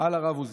על הרב עוזיאל: